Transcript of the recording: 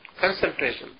concentration